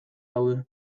daude